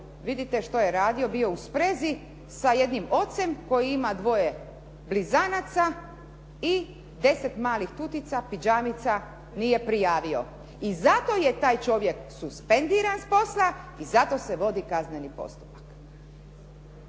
vidite što je radio, bio u sprezi sa jednim ocem koji ima dvoje blizanaca i 10 malih tutica, piđamica nije prijavio. I zato je taj čovjek suspendiran s posla i zato se vodi kazneni postupak.